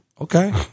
okay